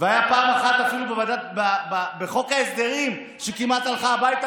הייתה אפילו פעם אחת בחוק ההסדרים שהיא כמעט הלכה הביתה,